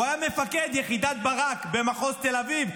הוא היה מפקד יחידת ברק במחוז תל אביב,